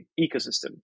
ecosystem